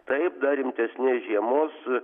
taip dar rimtesnės žiemos su